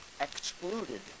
excluded